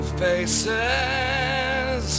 faces